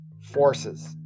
forces